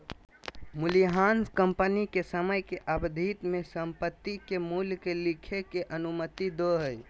मूल्यह्रास कंपनी के समय के अवधि में संपत्ति के मूल्य के लिखे के अनुमति दो हइ